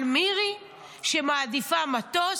על מירי שמעדיפה מטוס,